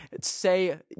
say